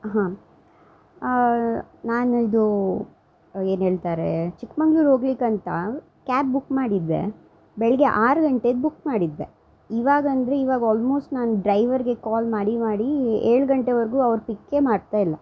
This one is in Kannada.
ಹಾಂ ನಾನು ಇದು ಏನು ಹೇಳ್ತಾರೆ ಚಿಕ್ಕಮಂಗ್ಳೂರ್ ಹೋಗ್ಲಿಕ್ಕಂತ ಕ್ಯಾಬ್ ಬುಕ್ ಮಾಡಿದ್ದೆ ಬೆಳಗ್ಗೆ ಆರು ಗಂಟೆಗೆ ಬುಕ್ ಮಾಡಿದ್ದೆ ಇವಾಗ ಅಂದರೆ ಇವಾಗ ಆಲ್ಮೋಸ್ಟ್ ನಾನು ಡ್ರೈವರ್ಗೆ ಕಾಲ್ ಮಾಡಿ ಮಾಡಿ ಏಳು ಗಂಟೆವರೆಗೂ ಅವ್ರರು ಪಿಕ್ಕೇ ಮಾಡ್ತಾಯಿಲ್ಲ